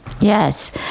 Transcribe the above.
Yes